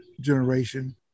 generation